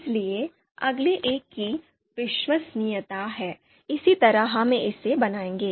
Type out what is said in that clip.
इसलिए अगले एक की विश्वसनीयता है इसी तरह हम इसे बनाएंगे